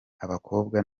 abakobwa